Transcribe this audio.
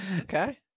Okay